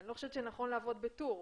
לא נכון לעבוד בטור.